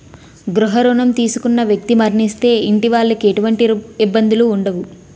గృహ రుణం తీసుకున్న వ్యక్తి మరణిస్తే ఇంటి వాళ్లకి ఎటువంటి ఇబ్బందులు ఉండవు